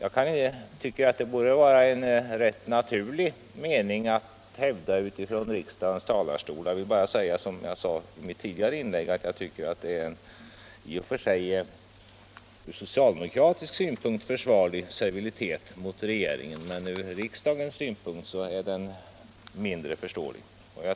Det borde vara en rätt naturlig mening att hävda från riksdagens talarstol. Som jag sade i mitt tidigare inlägg tycker jag att utskottsmajoriteten visar en i och för sig ur socialdemokratisk synpunkt försvarlig servilitet mot regeringen, men ur riksdagens synpunkt är den mindre förståelig.